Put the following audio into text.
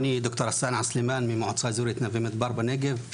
אני ד"ר סלמאן אלסאנע ממועצה אזורית נווה מדבר בנגב.